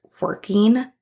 working